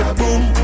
boom